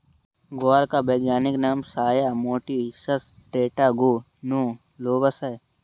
ग्वार का वैज्ञानिक नाम साया मोटिसस टेट्रागोनोलोबस है